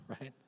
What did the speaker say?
right